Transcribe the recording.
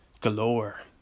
galore